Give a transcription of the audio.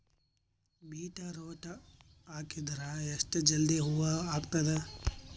Beetroot ಹಾಕಿದರ ಎಷ್ಟ ಜಲ್ದಿ ಹೂವ ಆಗತದ?